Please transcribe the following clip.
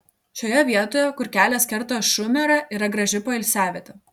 šioje vietoje kur kelias kerta šumerą yra graži poilsiavietė